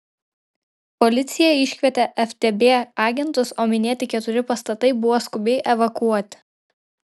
policija iškvietė ftb agentus o minėti keturi pastatai buvo skubiai evakuoti